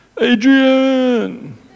Adrian